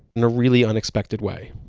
in a really unexpected way